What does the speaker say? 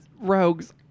rogues